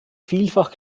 vielfach